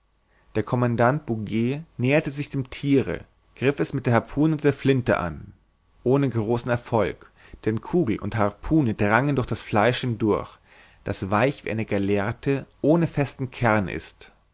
der commandant bouguer näherte sich dem thiere griff es mit der harpune und der flinte an ohne großen erfolg denn kugel und harpune drangen durch das fleisch hindurch das weich wie eine gallerte ohne festen kern ist